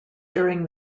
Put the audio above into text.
during